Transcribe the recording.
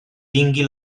tingui